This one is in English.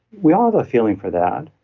we all have a feeling for that.